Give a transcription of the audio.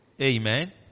Amen